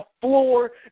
floor